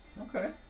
Okay